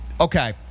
okay